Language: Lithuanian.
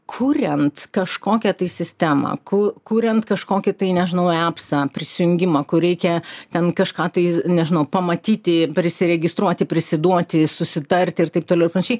kuriant kažkokią sistemą ku kuriant kažkokį tai nežinau epsą prisijungimą kur reikia ten kažką tai nežinau pamatyti prisiregistruoti prisiduoti susitarti ir taip toliau ir panašiai